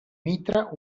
mitra